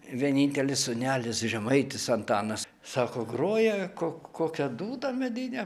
vienintelis sūnelis žemaitis antanas sako groja ko kokią dūdą medinę